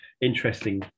Interesting